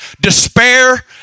despair